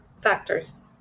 factors